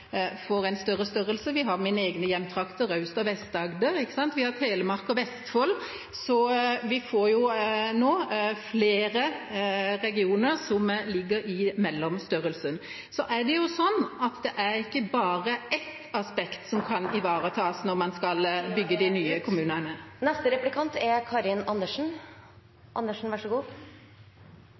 og blir større, vi har mine egne hjemtrakter, Aust- og Vest-Agder, vi har Telemark og Vestfold, så vi får nå flere regioner som ligger i mellomstørrelsen. Så er det ikke bare ett aspekt som kan ivaretas når man skal bygge de nye kommunene. Et godt prinsipp når man skal organisere noe, bør være at man vet hva man skal bruke det til. Det som er